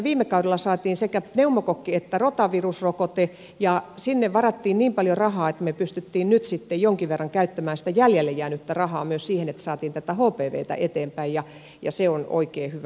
viime kaudella saatiin sekä pneumokokki että rotavirusrokote ja sinne varattiin niin paljon rahaa että me pystyimme nyt sitten jonkin verran käyttämään sitä jäljelle jäänyttä rahaa myös siihen että saatiin tätä hpvta eteenpäin ja se on oikein hyvä asia